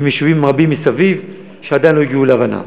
עם יישובים רבים מסביב, שעדיין לא הגיעו להבנה.